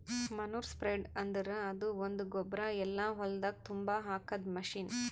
manure spreader ಅಂದುರ್ ಅದು ಒಂದು ಗೊಬ್ಬರ ಎಲ್ಲಾ ಹೊಲ್ದಾಗ್ ತುಂಬಾ ಹಾಕದ್ ಮಷೀನ್